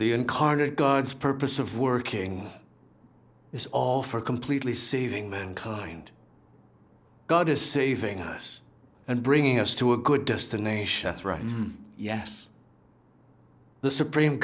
the incarnate god's purpose of working it's all for completely saving mankind god is saving us and bringing us to a good destination that's right yes the supreme